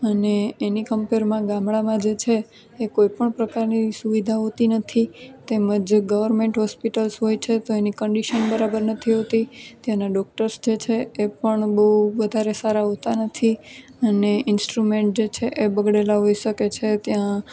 અને એની કંપેરમાં ગામડામાં જે છે એ કોઈપણ પ્રકારની સુવિધા હોતી નથી તેમજ ગવર્મેન્ટ હોસ્પિટલ્સ હોય છે તો એની કન્ડિશન બરાબર નથી હોતી ત્યાંના ડોક્ટર્સ જે છે એ પણ બહુ વધારે સારા હોતા નથી અને ઇન્સ્ટ્રુમેન્ટ જે છે એ બગડેલાં હોઈ શકે છે ત્યાં